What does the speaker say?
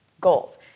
goals